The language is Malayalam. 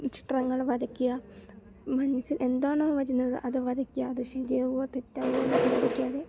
ചിത്രങ്ങൾ വരയ്ക്കുക മനസ്സിൽ എന്താണോ വരുന്നത് അത് വരയ്ക്ക അത് ശെരിയാവുമോ തെറ്റാവുമോ ചിന്തിക്കാതെ